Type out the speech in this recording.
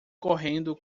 correndo